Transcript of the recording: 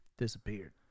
disappeared